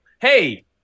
hey